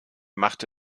machte